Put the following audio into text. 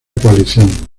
coalición